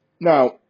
Now